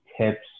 tips